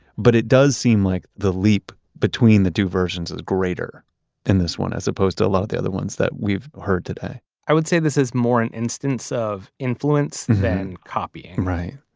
but it does seem like the leap between the two versions is greater in this one as opposed to a lot of the other ones that we've heard today i would say this is more an instance of influence influence than copying right.